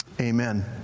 amen